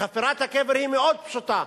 חפירת הקבר מאוד פשוטה